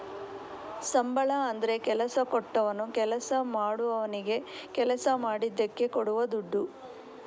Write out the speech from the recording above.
ಸಂಬಳ ಅಂದ್ರೆ ಕೆಲಸ ಕೊಟ್ಟವನು ಕೆಲಸ ಮಾಡುವವನಿಗೆ ಕೆಲಸ ಮಾಡಿದ್ದಕ್ಕೆ ಕೊಡುವ ದುಡ್ಡು